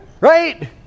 Right